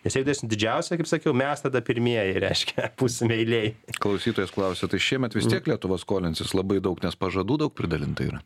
nes jeigu didžiausia kaip sakiau mes tada pirmieji reiškia būsim eilėj klausytojas klausia tai šiemet vis tiek lietuva skolinsis labai daug nes pažadų daug pridalinta yra